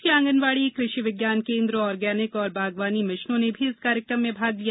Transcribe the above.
देश के आंगनबाड़ी कृषि विज्ञान केन्द्र ऑर्गेनिक और बागवानी मिशनों ने भी इस कार्यक्रम में भाग लिया